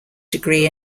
degree